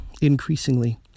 increasingly